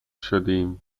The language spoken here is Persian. شدیم